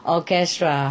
Orchestra